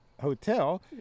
hotel